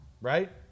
right